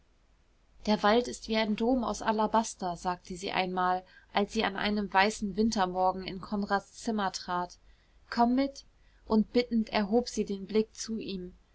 der wald ist wie ein dom aus alabaster sagte sie einmal als sie an einem weißen wintermorgen in konrads zimmer trat komm mit und bittend erhob sie den blick zu ihm